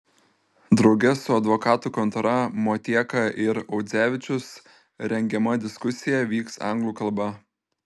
drauge su advokatų kontora motieka ir audzevičius rengiama diskusija vyks anglų kalba